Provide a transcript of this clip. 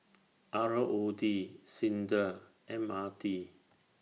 R O D SINDA M R T